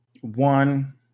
one